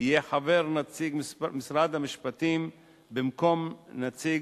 יהיה חבר נציג משרד המשפטים במקום נציג